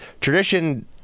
tradition